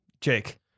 Jake